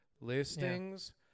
listings